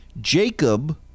Jacob